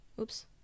Oops